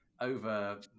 over